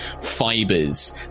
fibers